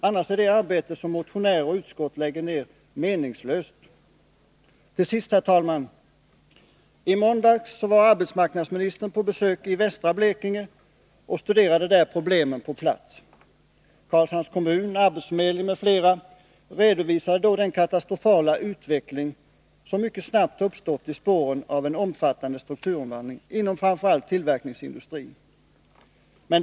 Annars är det arbete som motionärer och utskott lägger ned meningslöst. Herr talman! I måndags var arbetsmarknadsministern på besök i västra Blekinge och studerade problemen på plats. Karlshamns kommun, arbetsförmedlingen m.fl. redovisade då den katastrofala utveckling som mycket snabbt har uppstått i spåren av en omfattande strukturomvandling inom framför allt tillverkningsindustrin.